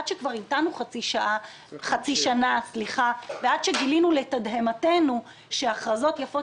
עד שכבר המתנו חצי שנה ועד שגילינו לתדהמתנו שהכרזות יפות